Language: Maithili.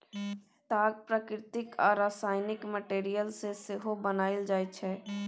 ताग प्राकृतिक आ रासायनिक मैटीरियल सँ सेहो बनाएल जाइ छै